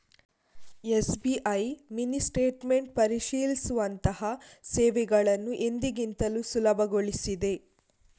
SBI mini statement ಪರಿಶೀಲಿಸುವಂತಹ ಸೇವೆಗಳನ್ನು ಎಂದಿಗಿಂತಲೂ ಸುಲಭಗೊಳಿಸಿದೆ